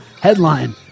Headline